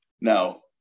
Now